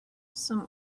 some